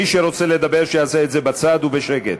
מי שרוצה לדבר שיעשה את זה בצד ובשקט,